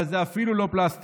אבל זה אפילו לא פלסטר.